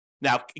Now